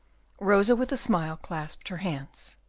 rosa, with a smile, clasped her hands.